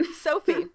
Sophie